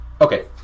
okay